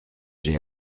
j’ai